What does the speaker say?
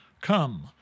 come